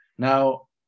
Now